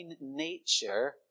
nature